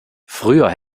früher